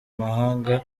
mahanga